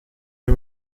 les